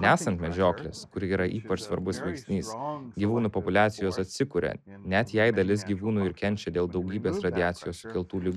nesant medžioklės kuri yra ypač svarbus veiksnys gyvūnų populiacijos atsikuria net jei dalis gyvūnų ir kenčia dėl daugybės radiacijos sukeltų ligų